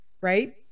right